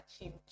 achieve